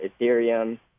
Ethereum